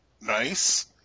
Nice